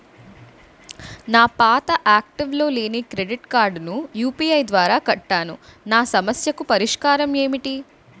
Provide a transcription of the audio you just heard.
నా పాత యాక్టివ్ లో లేని క్రెడిట్ కార్డుకు యు.పి.ఐ ద్వారా కట్టాను నా సమస్యకు పరిష్కారం ఎంటి?